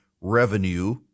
revenue